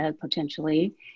potentially